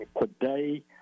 today